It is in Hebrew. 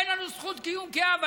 אין לנו זכות קיום כעם.